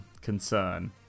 concern